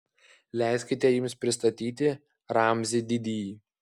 leiskite jums pristatyti ramzį didįjį